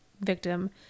victim